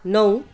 नौ